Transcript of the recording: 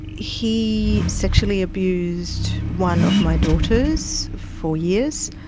he sexually abused one of my daughters for years.